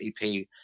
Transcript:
ep